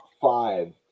five